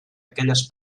aquelles